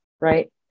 right